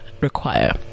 require